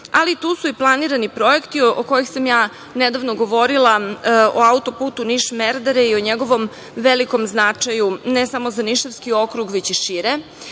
ali tu su i planirani projekti, o kojima sam ja nedavno govorila, o auto-putu Niš – Merdere i o njegovom velikom značaju, ne samo za Nišavski okrug, već i šire. Imamo